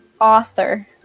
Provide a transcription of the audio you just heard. Author